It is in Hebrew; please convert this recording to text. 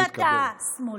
האם אתה שמאלני?